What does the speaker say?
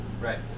right